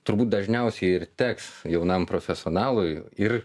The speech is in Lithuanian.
turbūt dažniausiai ir teks jaunam profesionalui ir